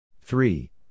Three